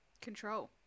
Control